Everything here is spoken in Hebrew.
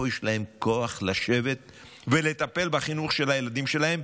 יש להם כוח לשבת ולטפל בחינוך של הילדים שלהם?